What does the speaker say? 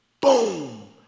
Boom